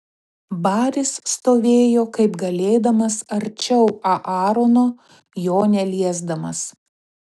baris stovėjo kaip galėdamas arčiau aarono jo neliesdamas